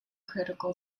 critical